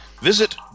visit